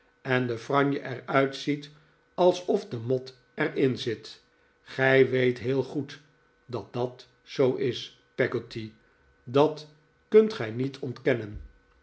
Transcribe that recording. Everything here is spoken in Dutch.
en de franje er uitziet alsof de mot erin zit gij weet heel goed dat dat zoo is peggotty dat kunt gij niet ontkennen